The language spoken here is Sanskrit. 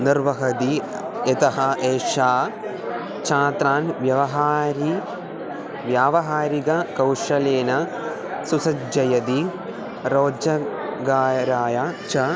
निर्वहति यतः एषा छात्रान् व्यवहारी व्यावहारिक कौशलेन सुसज्जयति रोजगाराय च